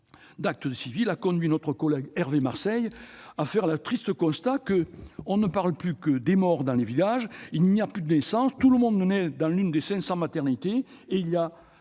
d'état civil a conduit notre collègue Hervé Marseille à faire ce triste constat :« On ne parle plus que des morts dans les villages. Il n'y a plus de naissances. Tout le monde naît dans l'une des 500 maternités et il y